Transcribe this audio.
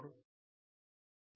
15